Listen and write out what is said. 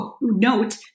note